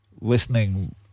listening